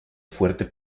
fuerte